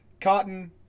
Cotton